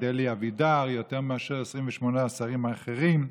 אלי אבידר יותר מאשר עם 28 השרים האחרים.